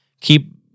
keep